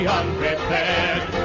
unprepared